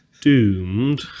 doomed